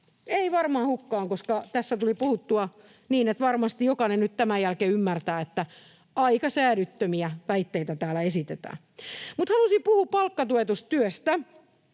ei varmaan hukkaan, koska tässä tuli puhuttua niin, että varmasti jokainen nyt tämän jälkeen ymmärtää, että aika säädyttömiä väitteitä täällä esitetään. Mutta halusin puhua palkkatuetusta työstä.